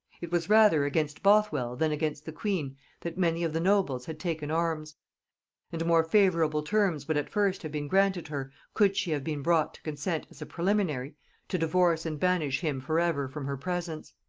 it was rather against bothwell than against the queen that many of the nobles had taken arms and more favorable terms would at first have been granted her, could she have been brought to consent as a preliminary to divorce and banish him for ever from her presence.